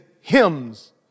hymns